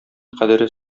кадере